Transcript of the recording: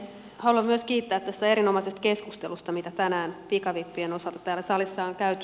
haluan myös kiittää tästä erinomaisesta keskustelusta mitä tänään pikavippien osalta täällä salissa on käyty